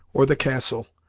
or the castle,